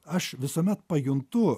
aš visuomet pajuntu